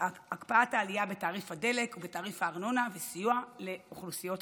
הקפאת העלייה בתעריף הדלק ותעריף הארנונה וסיוע לאוכלוסיות חלשות.